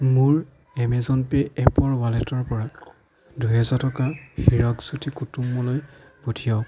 মোৰ Amazon pay এপৰ ৱালেটৰ পৰা দুহেজাৰ টকা হিৰাকজ্যোতি কুতুম লৈ পঠিয়াওক